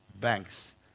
banks